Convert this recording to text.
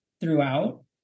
throughout